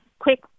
Quick